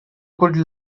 could